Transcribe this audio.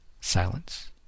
Silence